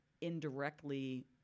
indirectly